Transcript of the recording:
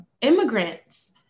immigrants